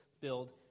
build